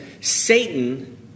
Satan